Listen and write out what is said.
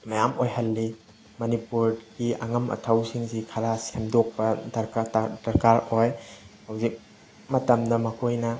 ꯃꯌꯥꯝ ꯑꯣꯏꯍꯜꯂꯤ ꯃꯅꯤꯄꯨꯔꯒꯤ ꯑꯉꯝ ꯑꯊꯧꯁꯤꯡꯁꯤ ꯈꯔ ꯁꯦꯝꯗꯣꯛꯄ ꯗꯔꯀꯥꯔ ꯗꯔꯀꯥꯔ ꯑꯣꯏ ꯍꯧꯖꯤꯛ ꯃꯇꯝꯗ ꯃꯈꯣꯏꯅ